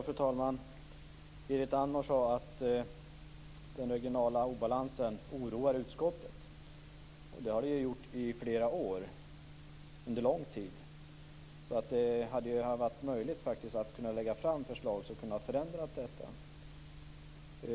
Fru talman! Berit Andnor sade att den regionala obalansen oroar utskottet. Det har den gjort under lång tid, så det hade varit möjligt att lägga fram förslag som hade kunnat förändra detta.